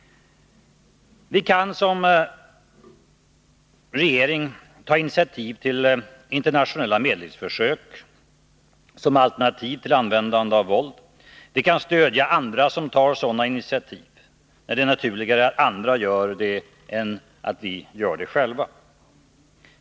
Vi kan genom vår regering ta initiativ till internationella medlingsförsök och ge alternativ till användande av våld. Vi kan stödja andra som tar sådana initiativ, när det är naturligare att andra gör det än att vi gör det själva.